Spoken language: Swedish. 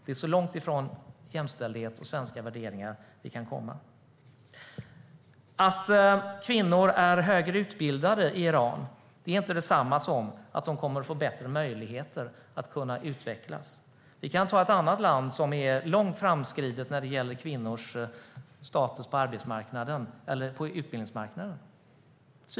Det är så långt från jämställdhet och svenska värderingar vi kan komma. Att kvinnor är högre utbildade i Iran är inte detsamma som att de kommer att få bättre möjligheter att utvecklas. Vi kan jämföra med ett annat land som är långt framskridet när det gäller kvinnors status på utbildningsmarknaden, nämligen Sydkorea.